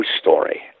story